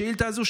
בשאילתה הזו,